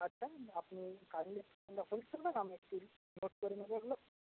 আচ্ছা আপনি গাড়ি আমরা